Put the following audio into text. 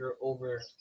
over